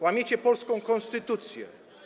Łamiecie polską konstytucję.